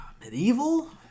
medieval